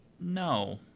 no